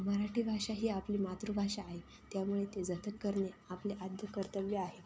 मराठी भाषा ही आपली मातृभाषा आहे त्यामुळे ते जतन करणे आपले आद्यकर्तव्य आहे